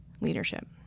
leadership